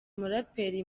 muraperi